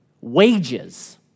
wages